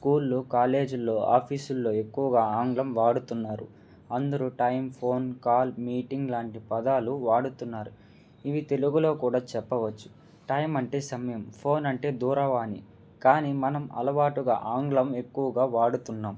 స్కూల్లో కాలేజీల్లో ఆఫీసుల్లో ఎక్కువగా ఆంగ్లం వాడుతున్నారు అందరూ టైం ఫోన్ కాల్ మీటింగ్ లాంటి పదాలు వాడుతున్నారు ఇవి తెలుగులో కూడా చెప్పవచ్చు టైం అంటే సమయం ఫోన్ అంటే దూరవాణి కానీ మనం అలవాటుగా ఆంగ్లం ఎక్కువగా వాడుతున్నాము